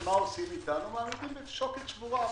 מה עושים אתנו שוקת שבורה.